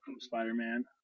Spider-Man